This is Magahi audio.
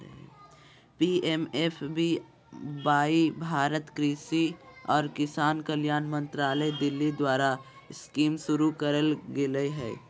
पी.एम.एफ.बी.वाई भारत कृषि और किसान कल्याण मंत्रालय दिल्ली द्वारास्कीमशुरू करल गेलय हल